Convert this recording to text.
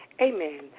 Amen